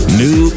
new